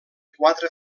quatre